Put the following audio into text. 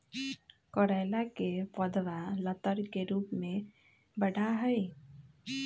करेली के पौधवा लतर के रूप में बढ़ा हई